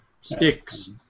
sticks